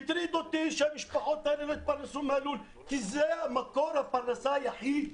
הטריד אותי שהמשפחות האלה לא יתפרנסו מהלול כי זה מקור הפרנסה היחיד.